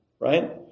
right